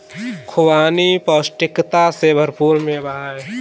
खुबानी पौष्टिकता से भरपूर मेवा है